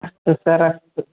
अस्तु सर् अस्तु